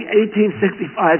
1865